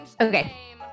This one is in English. okay